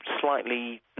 slightly